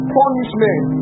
punishment